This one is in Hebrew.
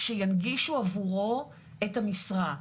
שינגישו עבורו את המשרה.